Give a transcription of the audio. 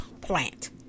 plant